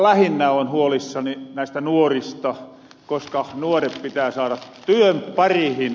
lähinnä oon huolissani näistä nuorista koska nuoret pitää saada työn parihin